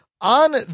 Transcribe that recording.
on